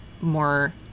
more